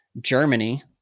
Germany